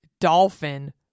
dolphin